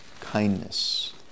kindness